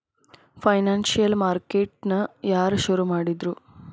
Financial market ನ ಯಾರ್ ಶುರುಮಾಡಿದ್ರು?